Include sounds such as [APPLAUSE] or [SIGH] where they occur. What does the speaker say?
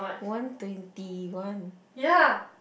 one twenty one [NOISE]